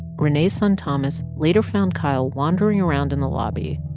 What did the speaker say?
renee's son thomas later found kyle wandering around in the lobby,